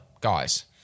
guys